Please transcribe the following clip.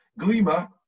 Glima